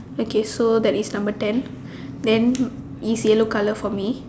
okay so that is number ten then is yellow colour for me